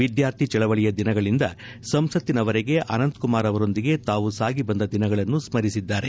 ವಿದ್ಯಾರ್ಥಿ ಚಳವಳಿಯ ದಿನಗಳಿಂದ ಸಂಸತ್ತಿನವರೆಗೆ ಅನಂತಕುಮಾರ್ ಅವರೊಂದಿಗೆ ತಾವು ಸಾಗಿಬಂದ ದಿನಗಳನ್ನು ಸ್ಮರಿಸಿದ್ದಾರೆ